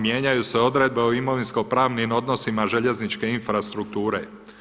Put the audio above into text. Mijenjaju se odredbe o imovinskopravnim odnosima željezničkoj infrastrukturi.